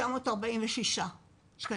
- 946 תקנים.